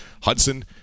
Hudson